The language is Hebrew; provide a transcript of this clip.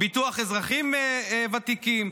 ביטוח אזרחים ותיקים,